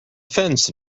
fence